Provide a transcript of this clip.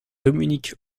dominique